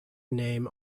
name